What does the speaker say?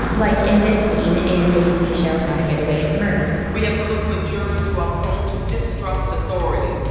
like in this scene from the tv show how to get away with murder. we have to look for jurors who are prone to distrust authority.